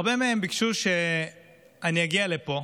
הרבה מהם ביקשו שאני אגיע לפה